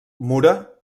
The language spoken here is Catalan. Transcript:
mura